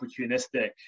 opportunistic